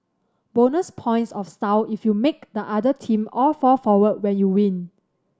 bonus points of style if you make the other team all fall forward when you win